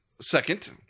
second